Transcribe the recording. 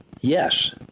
Yes